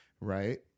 Right